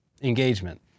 Engagement